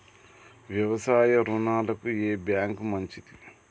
వ్యవసాయ రుణాలకు ఏ బ్యాంక్ మంచిది?